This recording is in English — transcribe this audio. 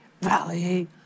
valley